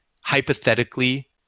hypothetically